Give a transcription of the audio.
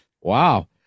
Wow